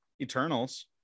Eternals